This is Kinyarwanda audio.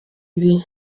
ibi